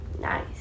Nice